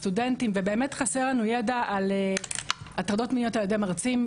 סטודנטים חסר לנו ידע על הטרדות מיניות על-ידי מרצים.